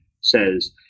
says –